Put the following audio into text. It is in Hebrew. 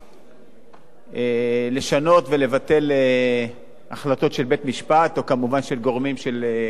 לשנות ולבטל החלטות של בית-משפט וכמובן של עובדים סוציאליים,